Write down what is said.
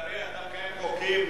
בן-ארי, אתה מקיים חוקים?